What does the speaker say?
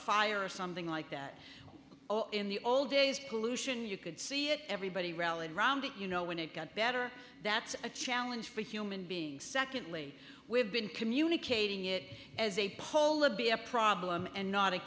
fire or something like that in the old days pollution you could see it everybody reality around it you know when it got better that's a challenge for a human being secondly we've been communicating it as a polar be a problem and not a